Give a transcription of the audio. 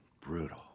Brutal